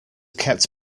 kept